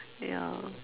ya